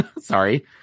Sorry